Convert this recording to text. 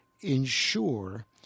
ensure